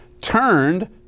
turned